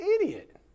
idiot